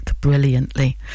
brilliantly